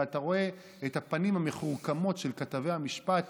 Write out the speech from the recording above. ואתה רואה את הפנים המכורכמות של כתבי המשפט